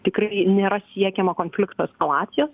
tikrai nėra siekiama konflikto eskalacijos